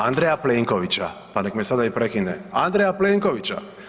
Andreja Plenkovića, pa nek me sada i prekine, Andreja Plenkovića.